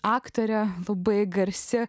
aktorė labai garsi